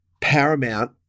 Paramount